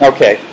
Okay